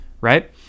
right